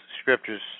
scriptures